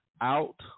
out